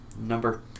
Number